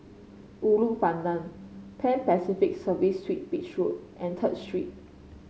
Ulu Pandan Pan Pacific Serviced Suit Beach Road and Third Street